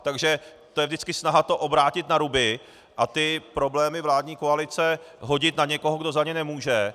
Takže to je vždycky snaha to obrátit na ruby a problémy vládní koalice hodit na někoho, kdo za ně nemůže.